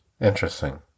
Interesting